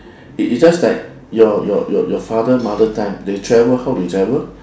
it it just like your your your father mother time they travel how they travel